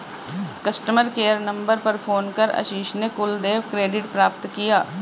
customer care number पर phone कर आशीष ने कुल देय क्रेडिट प्राप्त किया